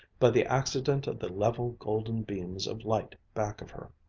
by the accident of the level golden beams of light back of her.